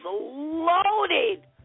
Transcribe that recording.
loaded